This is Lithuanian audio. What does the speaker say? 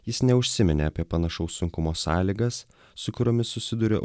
jis neužsiminė apie panašaus sunkumo sąlygas su kuriomis susiduria